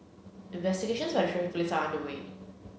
investigations Traffic Police are underway